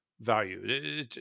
value